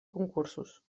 concursos